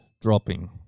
dropping